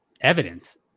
evidence